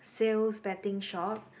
sales betting shop